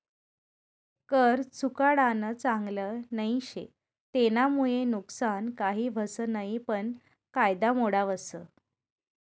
कर चुकाडानं चांगल नई शे, तेनामुये नुकसान काही व्हस नयी पन कायदा मोडावस